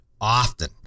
often